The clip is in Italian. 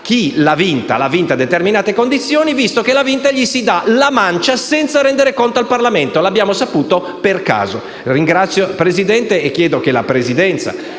chi l'ha vinta l'ha vinta a determinate condizioni. Visto che l'ha vinta, gli si dà una mancia senza rendere conto al Parlamento (l'abbiamo saputo per caso). La ringrazio, signor Presidente, e chiedo che la Presidenza